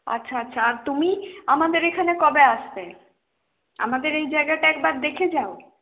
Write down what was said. আচ্ছা আচ্ছা আর তুমি আমাদের এখানে কবে আসবে আমাদের এই জায়গাটা একবার দেখে যাও